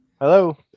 Hello